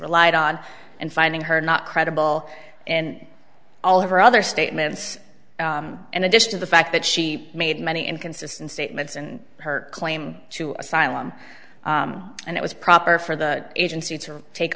relied on in finding her not credible and all of her other statements in addition to the fact that she made many inconsistent statements and her claim to asylum and it was proper for the agency t